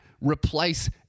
replace